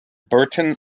bourton